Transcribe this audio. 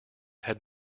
had